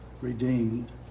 redeemed